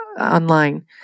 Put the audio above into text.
online